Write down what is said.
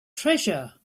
treasure